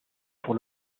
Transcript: pour